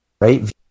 right